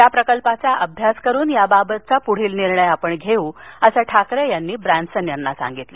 या प्रकल्पाचा अभ्यास करून याबाबत पुढील निर्णय आपण घेऊ असं ठाकरे यांनी ब्रॅन्सन यांना सांगितलं